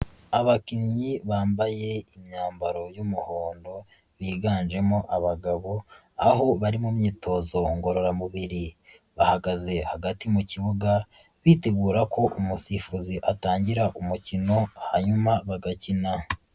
Abakinnyi bambaye imyambaro y'umuhondo biganjemo abagabo, aho bari mu myitozo ngororamubiri bahagaze hagati mu kibuga bitegura ko umusifuzi atangira umukino hanyuma bagakina.